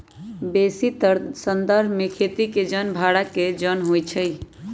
बेशीतर संदर्भ में खेती के जन भड़ा के जन होइ छइ